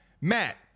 Matt